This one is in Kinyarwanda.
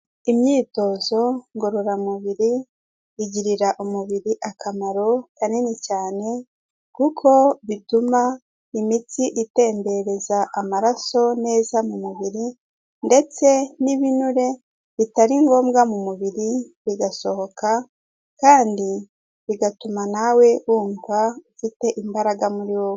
Imyitozo ngororamubiri igirira umubiri akamaro kanini cyane, kuko bituma imitsi itemberereza amaraso neza mu mubiri ndetse n'ibinure bitari ngombwa mu mubiri bigasohoka kandi bigatuma nawe wumva ufite imbaraga muri wowe.